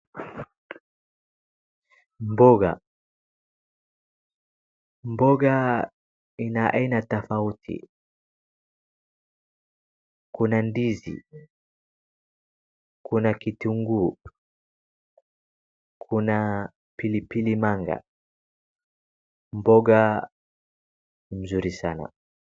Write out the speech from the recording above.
Mboga ,mboga ina aina tofauti kuna ndizi ,kuna kitunguu, kuna pilipili manga mboga mzuri sana.